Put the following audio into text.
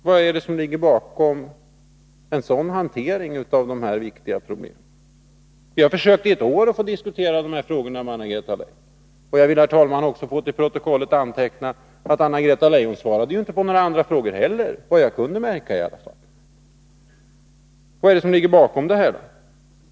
Vad är det som ligger bakom en sådan hantering av de här viktiga problemen? Vi har försökt i ett år att få diskutera de här frågorna med Anna-Greta Leijon. Jag vill, herr talman, också få till protokollet antecknat att Anna-Greta Leijon inte svarade på några andra frågor heller, inte vad jag kunde märka i alla fall. Vad är det som ligger bakom detta?